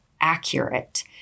accurate